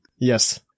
Yes